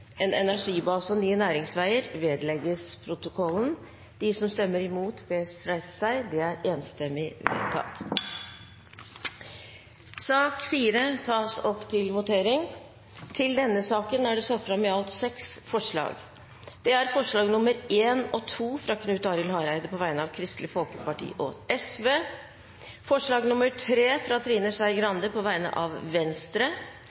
en fornybar energibase og nye næringsveier.» Arbeiderpartiet, Kristelig Folkeparti, Senterpartiet, Venstre og Sosialistisk Venstreparti har varslet at de vil støtte forslaget. Under debatten er det satt fram i alt seks forslag. Det er forslagene nr. 1 og 2, fra Knut Arild Hareide på vegne av Kristelig Folkeparti og Sosialistisk Venstreparti forslag nr. 3, fra Trine Skei Grande på vegne av Venstre